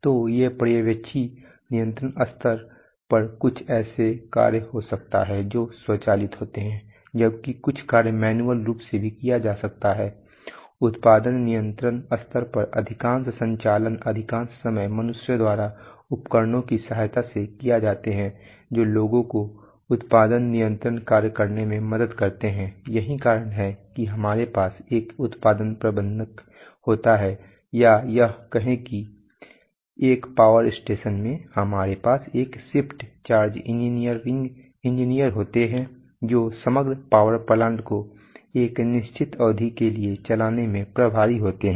तो पर्यवेक्षी नियंत्रण स्तर पर कुछ ऐसे कार्य हो सकते हैं जो स्वचालित होते हैं जबकि कुछ कार्य मैन्युअल रूप से भी किए जा सकते हैं उत्पादन नियंत्रण स्तर पर अधिकांश संचालन अधिकांश समय मनुष्यों द्वारा उपकरणों की सहायता से किए जाते हैं जो लोगों को उत्पादन नियंत्रण कार्य करने में मदद करते हैं यही कारण है कि हमारे पास एक उत्पादन प्रबंधक होता है या कहें कि एक पावर स्टेशन में हमारे पास एक शिफ्ट चार्ज इंजीनियर होता है जो समग्र पावर प्लांट को एक निश्चित अवधि के लिए चलाने के प्रभारी होते हैं